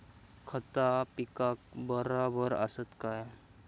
खता पिकाक बराबर आसत काय?